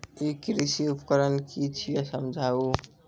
ई कृषि उपकरण कि छियै समझाऊ?